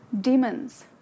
demons